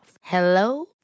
Hello